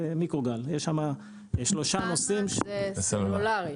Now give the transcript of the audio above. המיקרוגל -- רט"ן זה סלולרי.